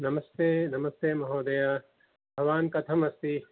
नमस्ते नमस्ते महोदय भवान् कथम् अस्ति